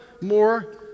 more